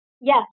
Yes